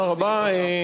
תודה רבה.